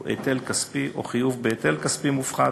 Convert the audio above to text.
או היטל כספי, או חיוב בהיטל כספי מופחת,